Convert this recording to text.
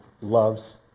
loves